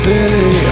City